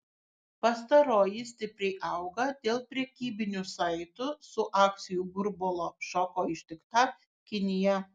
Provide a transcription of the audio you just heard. pastaroji stipriai auga dėl prekybinių saitų su akcijų burbulo šoko ištikta kinija